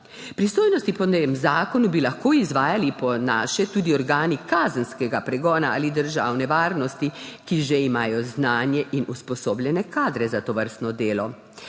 Pristojnosti po novem zakonu bi lahko izvajali po naše tudi organi kazenskega pregona ali državne varnosti, ki že imajo znanje in usposobljene kadre za tovrstno delo,